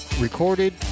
recorded